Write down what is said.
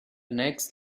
next